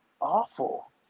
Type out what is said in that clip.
awful